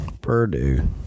Purdue